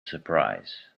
surprise